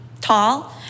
tall